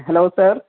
hello sir